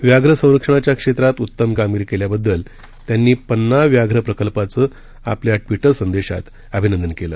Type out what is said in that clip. व्याघ्र संरक्षणाच्या क्षेत्रात उत्तम कामगिरी केल्याबद्दल त्यांनी पन्ना व्याघ्र प्रकल्पाचं आपल्या ट्विटर संदेशात अभिनंदन केलं